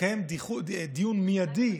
לקיים דיון מיידי,